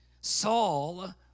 Saul